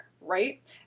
right